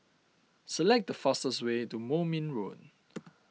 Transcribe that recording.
select the fastest way to Moulmein Road